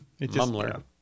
Mumler